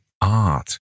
art